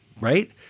right